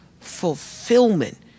fulfillment